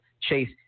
chase